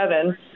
seven